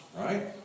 Right